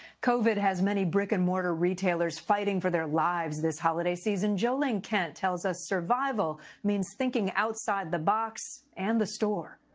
covid has many brick and mortar retailers fighting for their lives this holiday season. jo ling kent tells us survival means thinking outside the box and the store.